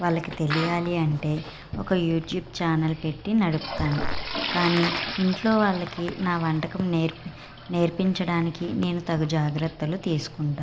వాళ్ళకి తెలియాలి అంటే ఒక యూట్యూబ్ ఛానల్ పెట్టి నడుపుతాను కానీ ఇంట్లో వాళ్ళకి నా వంటకం నేర్పి నేర్పించడానికి నేను తగు జాగ్రత్తలు తీసుకుంటాను